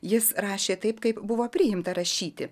jis rašė taip kaip buvo priimta rašyti